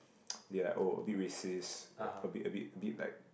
they like oh a bit racist a bit a bit a bit like